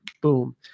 boom